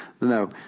no